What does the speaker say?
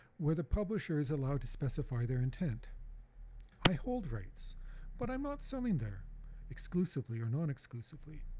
where the publisher is allowed to specify their intent i hold rights but i'm not selling there exclusively or non exclusively.